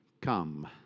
Come